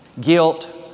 Guilt